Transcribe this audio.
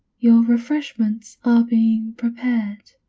your refreshments are being prepared.